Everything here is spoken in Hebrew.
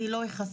אני לא אכסה.